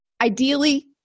Ideally